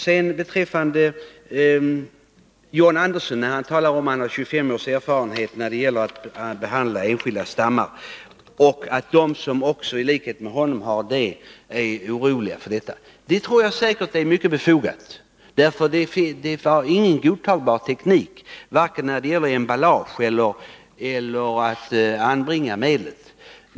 John Andersson talar om att han har 25 års erfarenhet av att behandla enskilda stammar och att de som i likhet med honom har denna bakgrund är oroliga. Det tror jag säkert är mycket befogat. Det finns ingen godtagbar teknik, varken när det gäller emballage eller anbringande av medlet.